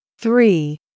three